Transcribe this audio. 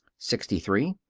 sixty three.